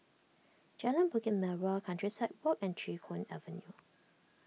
Jalan Bukit Merah Countryside Walk and Chee Hoon Avenue